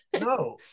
no